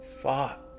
Fuck